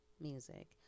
music